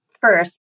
first